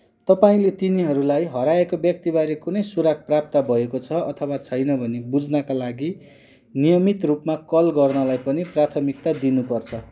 तपाईँँले तिनीहरूलाई हराएको व्यक्तिबारे कुनै सुराग प्राप्त भएको छ अथवा छैन भनी बुझ्नाका लागि नियमित रूपमा कल गर्नलाई पनि प्राथमिकता दिनुपर्छ